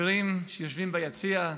חברים שיושבים ביציע,